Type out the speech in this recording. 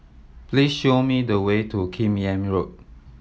please show me the way to Kim Yam Road